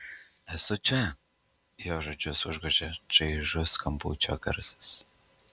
esu čia jos žodžius užgožė čaižus skambučio garsas